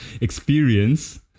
experience